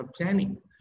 planning